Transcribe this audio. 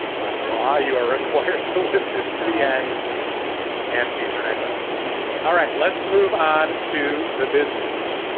by law, you are required to listen to any and and patronize our advertisers. all right, let's move on to the business.